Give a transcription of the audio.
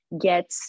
get